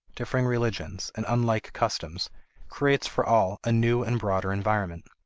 differing religions, and unlike customs creates for all a new and broader environment.